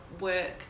work